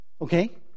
Okay